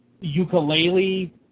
Ukulele